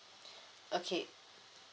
okay